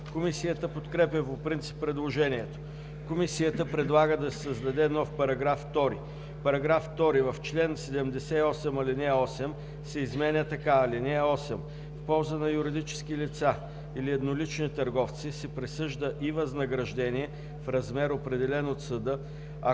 Комисията подкрепя по принцип предложението. Комисията предлага да се създаде нов § 2: „§ 2. В чл. 78 ал. 8 се изменя така: „ (8) В полза на юридически лица или еднолични търговци се присъжда и възнаграждение в размер, определен от съда, ако